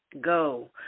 Go